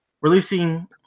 Releasing